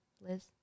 Liz